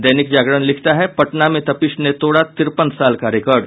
दैनिक जागरण लिखता है पटना में तपीश ने तोड़ा तिरपन साल का रिकॉर्ड